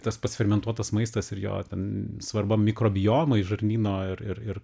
tas pats fermentuotas maistas ir jo ten svarba mikrobiomai žarnyno ir ir ir